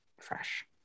fresh